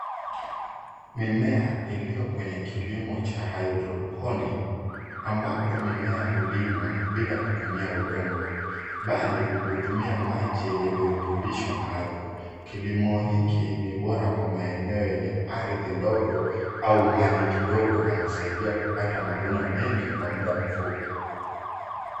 Mimea iliyo kwenye kilimo cha hydroponic ambapo mimea hulimwa bila kutumia udongo bali hutumia maji yenye virutubisho maalum. Kilimo hiki ni bora kwa maeneo yenye ardhi ndogo au mahali kidogo na husaidia kupata mavuno mengi kwa muda mfupi.